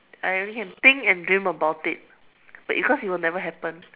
I can only think and dream about it but because it will never happen